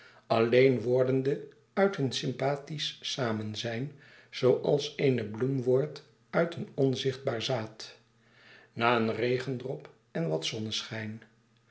alleen wordende uit hun sympathetisch samenzijn zooals eene bloem wordt uit een onzichtbaar zaad na een regendrop en wat zonneschijn